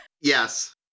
yes